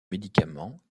médicaments